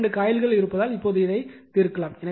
2 காயில்கள் இருப்பதால் இப்போது இதை தீர்க்கலாம்